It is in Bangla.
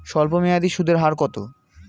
স্বল্পমেয়াদী সুদের হার কত?